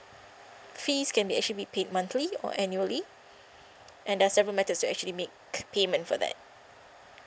fees can be actually be paid monthly or annually and there're several methods to actually make payment for that